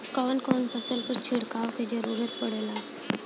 कवन कवन फसल पर छिड़काव के जरूरत पड़ेला?